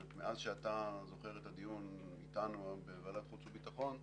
מאז הדיון שאתה זוכר איתנו בוועדת החוץ והביטחון,